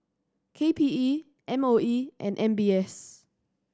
K P E M O E and M B S